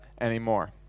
anymore